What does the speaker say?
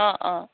অঁ অঁ